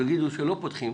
ויגידו שלא פותחים,